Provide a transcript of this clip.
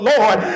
Lord